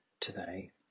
today